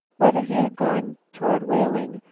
whether he had gone toward whaling,